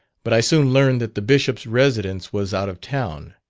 but i soon learned that the bishop's residence was out of town,